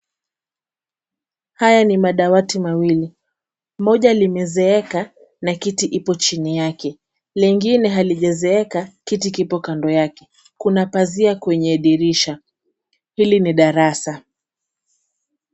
Haya ni madawati mawili. Moja limezeeka na kiti ipo chini yake, lingine halijazeeka kiti kipo kando yake. Kuna pazia kwenye dirisha. Hili ni darasa.